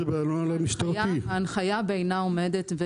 ההנחיה בעינה עומדת.